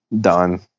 done